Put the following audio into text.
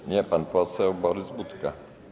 Ja? Nie, pan poseł Borys Budka.